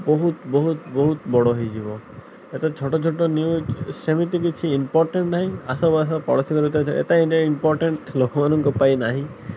ବହୁତ ବହୁତ ବହୁତ ବଡ଼ ହୋଇଯିବ ଏତେ ଛୋଟ ଛୋଟ ନ୍ୟୁଜ୍ ସେମିତି କିଛି ଇମ୍ପୋଟେଣ୍ଟ୍ ନାହିଁ ଆସବାସ ପଡ଼ୋଶୀ ଘର ଭିତରେ ଏତେ ଇମ୍ପୋର୍ଟେଣ୍ଟ୍ ଲୋକମାନଙ୍କ ପାଇଁ ନାହିଁ